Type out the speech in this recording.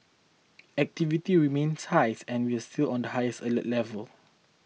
activity remains high and we are still on the highest alert level